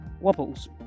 wobbles